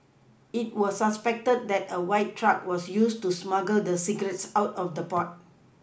it was suspected that a white truck was used to smuggle the cigarettes out of the port